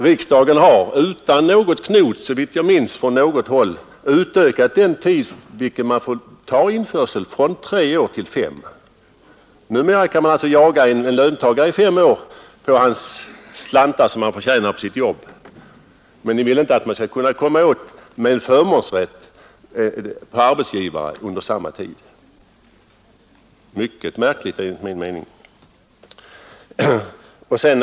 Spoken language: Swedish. Riksdagen har utan knot från något håll, såvitt jag minns, utökat den tid under vilken man får göra införsel, nämligen från tre till fem år. Numera kan man alltså jaga en löntagare i fem år för att driva in slantar som han förtjänar på sitt jobb. Men här vill ni inte att man under samma tid med förmånsrätt skall kunna komma åt en arbetsgivare. Detta är enligt min mening mycket märkligt.